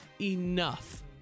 enough